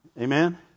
Amen